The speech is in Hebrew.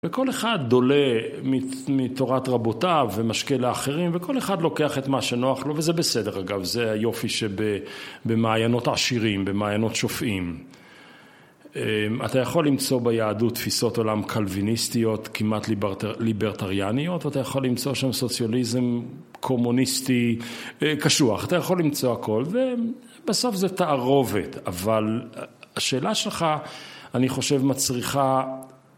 וכל אחד דולה מתורת רבותיו ומשקה לאחרים וכל אחד לוקח את מה שנוח לו וזה בסדר אגב זה היופי שבמעיינות עשירים במעיינות שופעים. אתה יכול למצוא ביהדות תפיסות עולם קלוויניסטיות כמעט ליברטריאניות אתה יכול למצוא שם סוציאליזם קומוניסטי קשוח. אתה יכול למצוא הכל, ובסוף זה תערובת אבל השאלה שלך אני חושב מצריכה